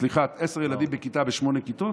סליחה, עשרה ילדים בכיתה בשמונה כיתות,